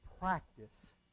practice